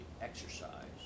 exercise